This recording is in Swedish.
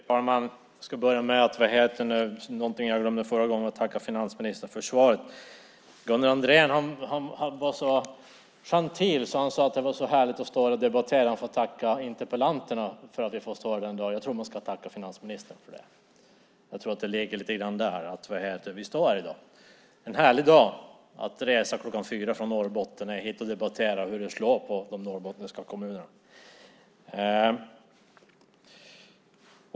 Herr talman! Jag ska börja med någonting jag glömde att göra i den förra omgången, nämligen tacka finansministern för svaret. Gunnar Andrén var så gentil att han sade att det var härligt att debattera fastighetsskatten här och tackade interpellanterna för att vi får stå här i dag. Jag tror att man ska tacka finansministern. Jag tror att det är där det ligger. Det är en härlig dag, och jag reste klockan fyra från Norrbotten hit för att debattera hur skatten slår i de norrbottniska kommunerna.